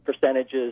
percentages